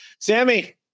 Sammy